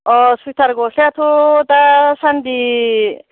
अह सुइटार गस्लायाथ' दा सान्दि